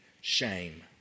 shame